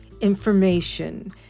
information